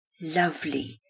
lovely